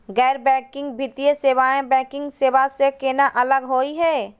गैर बैंकिंग वित्तीय सेवाएं, बैंकिंग सेवा स केना अलग होई हे?